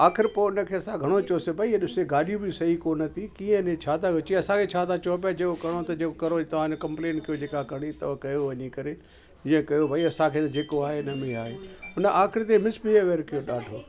आख़िर पोइ उनखे असां घणो चयोसीं भई इहो ॾिस गाॾी बि सही कोन थी कीअं इन छा था असांखे छा था चओ पिया चओ जो करिणो जेको करो तव्हां कंप्लेन कयो जेका करणी अथव कयो वञी करे ईअं कयो भई असांखे त जेको आहे इनमें ई आहे इन में आहे हुन आख़िरी ताईं मिसबिहेविअर कयो ॾाढो